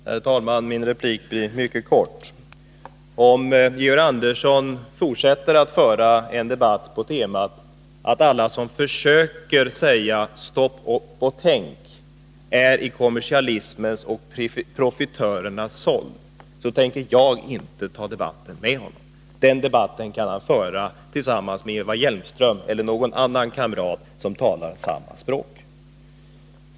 Herr talman! Min replik blir mycket kort. Om Georg Andersson fortsätter att föra en debatt på temat att alla som försöker säga ”stanna upp och tänk” är i kommersialismens och profitörernas sold, då tänker jag inte ödsla någon tid på honom. Den debatten kan han föra tillsammans med Eva Hjelmström eller någon annan kamrat som talar samma språk.